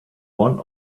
one